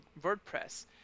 WordPress